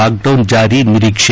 lockdown ಜಾರಿ ನಿರೀಕ್ಸೆ